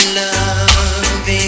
love